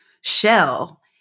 shell